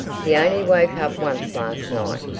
he only woke up once last night.